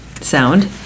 sound